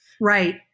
Right